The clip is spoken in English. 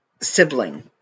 sibling